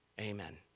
Amen